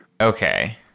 Okay